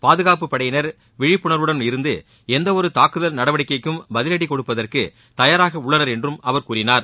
பாதுகாப்புப் படையினர் விழிப்புணர்வுடன் இருந்து எந்தவொரு தாக்குதல் நடவடிக்கைக்கும் பதிவடி கொடுப்பதற்கு தயாராக உள்ளனர் என்றும் அவர் கூறினார்